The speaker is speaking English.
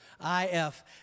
I-F